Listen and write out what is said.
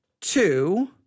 two